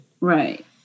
Right